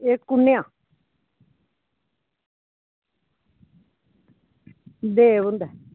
एह् कुन्नेआं देव हुंदे